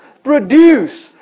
produce